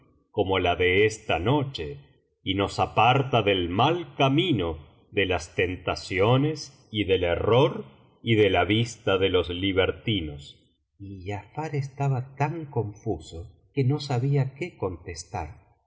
como la de esta noche y nos aparta del mal camino de las tentaciones y del error y de la vista de los libertinos y giafar estaba tan confuso que no sabía qué contestar